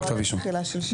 לא כתב אישום.